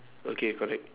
okay correct